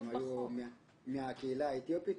הם היו מהקהילה האתיופית?